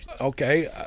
Okay